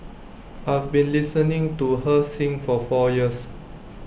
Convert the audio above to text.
I've been listening to her sing for four years